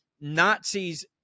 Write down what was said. Nazis